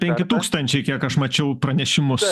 penki tūkstančiai kiek aš mačiau pranešimus